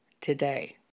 today